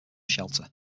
shelter